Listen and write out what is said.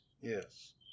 Yes